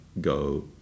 go